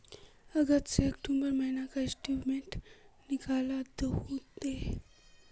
अगस्त से अक्टूबर महीना का स्टेटमेंट निकाल दहु ते?